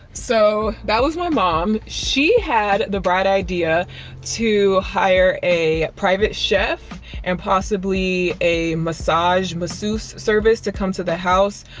so that was my mom. she had the bright idea to hire a private chef and possibly a massage masseuse service to come to the house.